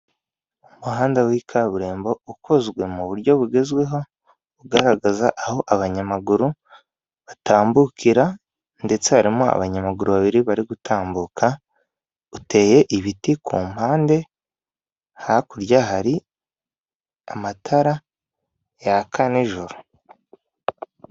Umuhanda w'ikaburimbo ukozwe mu buryo bugezweho ugaragaza aho abanyamaguru batambukira ndetse harimo abanyamaguru babiri bari gutambuka uteye ibiti ku mpande hakurya hari amatara yaka nijoro.